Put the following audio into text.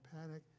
panic